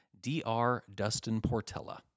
drdustinportella